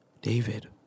David